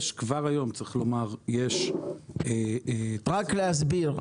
כבר היום יש --- רק להסביר,